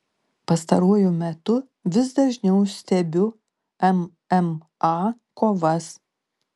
pastaruoju metu vis dažniau stebiu mma kovas